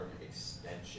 extension